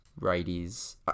righties